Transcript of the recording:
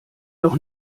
doch